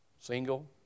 single